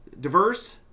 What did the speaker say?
diverse